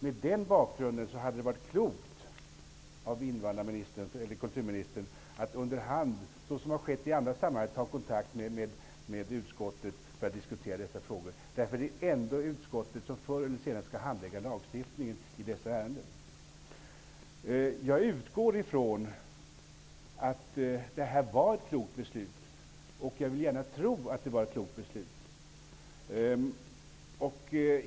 Mot den bakgrunden hade det varit klokt av kulturministern att under hand -- såsom det har skett i andra sammanhang -- ta kontakt med utskottet för att diskutera dessa frågor. Det är ändå utskottet som förr eller senare skall handlägga lagstiftningen i dessa ärenden. Jag utgår ifrån att detta var ett klokt beslut, och jag vill gärna tro att det var ett klokt beslut.